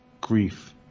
grief